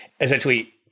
essentially